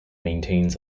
maintains